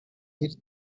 hill